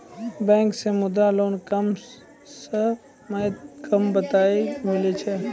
Bank से Mudra loan कम सऽ कम कतैय मिलैय छै?